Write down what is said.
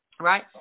right